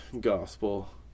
gospel